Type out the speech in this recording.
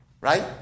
Right